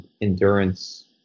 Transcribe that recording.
endurance